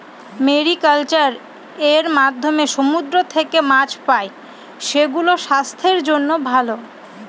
mariculture এর মাধ্যমে সমুদ্র থেকে মাছ পাই, সেগুলো স্বাস্থ্যের জন্য ভালো